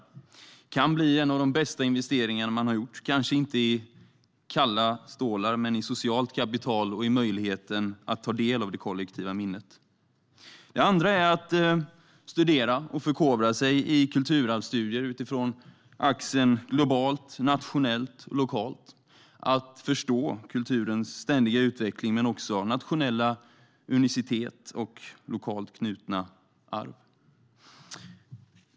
Det kan bli en av de bästa investeringar man gjort, kanske inte i kalla stålar men i socialt kapital och i möjligheten att ta del av det kollektiva minnet. Det andra är att studera - att förkovra sig i kulturarvsstudier utifrån axeln globalt-nationellt-lokalt och att förstå kulturens ständiga utveckling men också nationella unicitet och lokalt knutna arv.